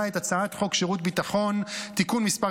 את הצעת חוק שירות ביטחון (תיקון מס'